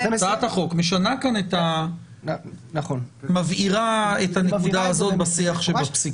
כך שהצעת החוק משנה את המצב ומבהירה את הנקודה הזאת בשיח שבפסיקה.